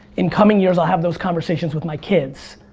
in coming years, i'll have those conversations with my kids.